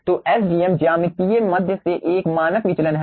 तो Sgm ज्यामितीय माध्य से एक मानक विचलन है